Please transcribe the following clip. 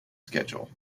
schedule